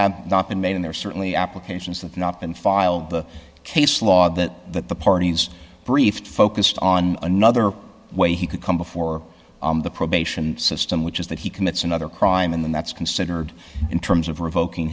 have not been made in there certainly applications have not been filed the case law that the parties briefed focused on another way he could come before the probation system which is that he commits another crime and then that's considered in terms of revoking